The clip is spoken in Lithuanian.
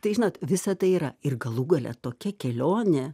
tai žinot visą tai yra ir galų gale tokia kelionė